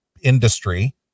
industry